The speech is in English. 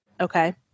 okay